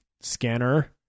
scanner